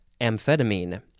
amphetamine